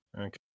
Okay